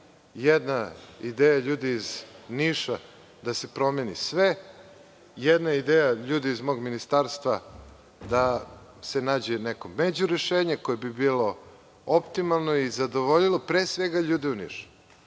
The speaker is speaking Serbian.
jedna je ideja ljudi iz Niša da se promeni sve, jedna je ideja ljudi iz mog ministarstva da se nađe neko međurešenje koje bi bilo optimalno i zadovoljilo, pre svega, ljude u Nišu.